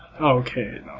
Okay